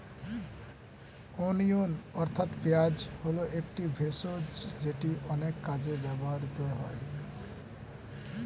onion অর্থাৎ পেঁয়াজ হল একটি ভেষজ যেটি অনেক কাজে ব্যবহৃত হয়